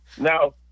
Now